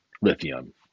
lithium